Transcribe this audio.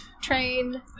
Train